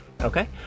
Okay